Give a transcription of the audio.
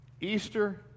Easter